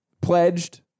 pledged